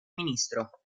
ministro